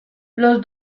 los